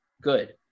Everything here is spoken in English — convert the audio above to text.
good